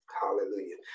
Hallelujah